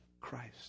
Christ